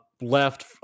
left